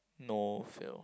no fail